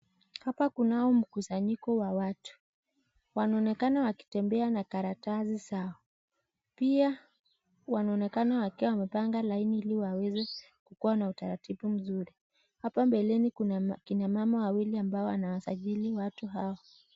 Hapa kunao mkusanyiko wa watu , wanaonekana wakitembea na karatasi zao pia wanaonekana wakiwa wamepanga laini ili waweze kukua na utaratibu mzuri . Hapa mbeleni kuna kina mama wawili ambao wanawasajili watu hao .